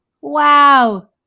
Wow